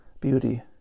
beauty